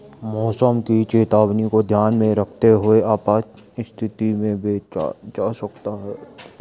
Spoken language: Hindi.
मौसम की चेतावनी को ध्यान में रखते हुए आपात स्थिति से बचा जा सकता है